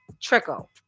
trickle